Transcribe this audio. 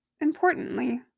importantly